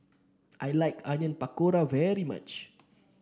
I like Onion Pakora very much